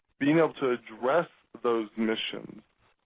being able to address those missions,